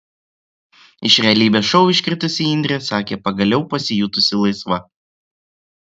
iš realybės šou iškritusi indrė sakė pagaliau pasijautusi laisva